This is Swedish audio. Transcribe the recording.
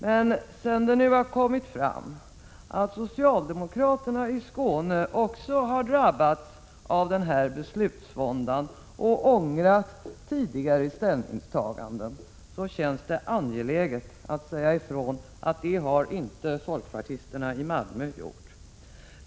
Men sedan det nu har kommit fram att också socialdemokraterna i Skåne har drabbats av beslutsvånda och ångrat tidigare ställningstaganden känns det angeläget att säga ifrån, att det har inte folkpartisterna i Malmö gjort.